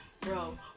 bro